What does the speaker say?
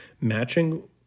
matching